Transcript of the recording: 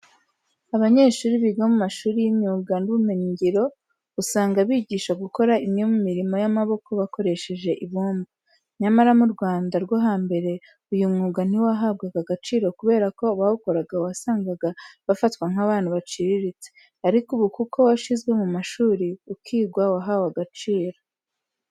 Abanyeshuri biga mu mashuri y'imyuga n'ubumenyingiro, usanga bigishwa gukora imwe mu mirimo y'amaboko bakoresheje ibumba. Nyamara mu Rwanda rwo hambere, uyu mwuga ntiwahabwaga agaciro kubera ko abawukoraga wasangaga bafatwa nk'abantu baciriritse. Ariko ubu kuko washyizwe mu mashuri, ukigwa wahawe agaciro.